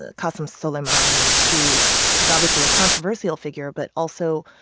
ah qassem soleimani, who was obviously a controversial figure but also,